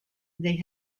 they